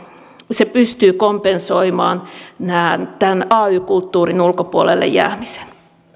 se pystyy kompensoimaan tämän ay kulttuurin ulkopuolelle jäämisen